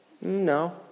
no